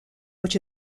which